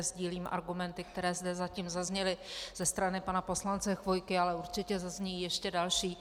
Sdílím argumenty, které zde zatím zazněly ze strany pana poslance Chvojky, ale určitě zazní ještě další.